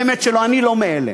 באמת שלא, אני לא מאלה.